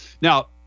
Now